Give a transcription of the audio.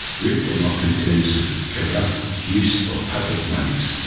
ripped them off in terms of corrupt use of public moneys.